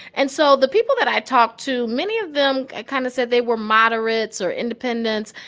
and so the people that i talked to, many of them kind of said they were moderates or independents,